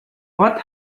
what